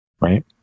right